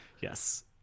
Yes